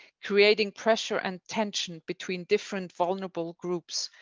creating pressure and tension between different vulnerable groups,